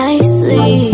Nicely